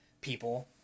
people